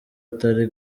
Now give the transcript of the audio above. atari